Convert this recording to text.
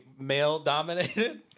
male-dominated